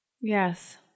Yes